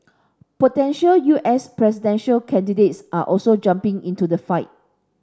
potential U S presidential candidates are also jumping into the fight